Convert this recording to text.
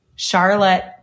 Charlotte